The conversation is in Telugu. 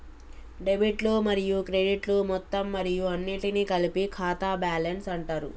డెబిట్లు మరియు క్రెడిట్లు మొత్తం మరియు అన్నింటినీ కలిపి ఖాతా బ్యాలెన్స్ అంటరు